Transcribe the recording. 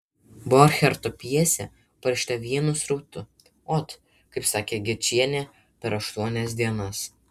borcherto pjesė parašyta vienu srautu ot kaip sakė gečienė per aštuonias dienas